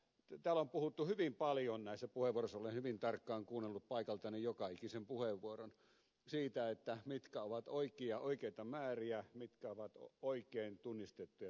täällä on puhuttu hyvin paljon näissä puheenvuoroissa olen hyvin tarkkaan kuunnellut paikaltani joka ikisen puheenvuoron siitä mitkä ovat oikeita määriä mitkä ovat oikein tunnistettuja trendejä